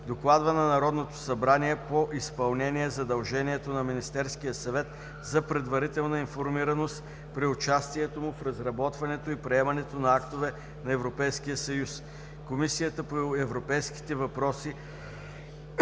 докладва на Народното събрание по изпълнение задължението на Министерския съвет за предварителна информираност при участието му в разработването и приемането на актове на Европейския съюз. Комисията по европейските въпроси